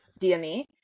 DME